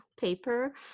paper